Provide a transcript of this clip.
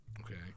Okay